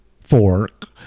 fork